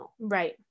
right